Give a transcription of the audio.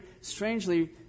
strangely